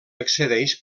accedeix